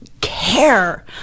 care